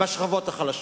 בשכבות החלשות.